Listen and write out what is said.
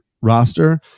roster